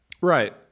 Right